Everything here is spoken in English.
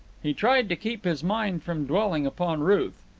he tried to keep his mind from dwelling upon ruth.